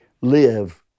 live